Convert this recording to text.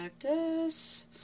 practice